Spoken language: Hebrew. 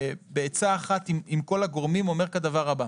בעצה אחת עם כל הגורמים אומר את הדבר הבא,